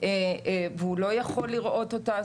והוא לא יכול לראות אותה.